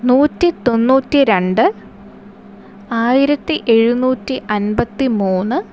നൂറ്റി തൊണ്ണൂറ്റി രണ്ടായിരത്തി എഴുനൂറ്റി അമ്പത്തി മൂന്ന്